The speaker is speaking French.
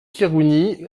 khirouni